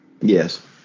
Yes